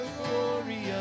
glory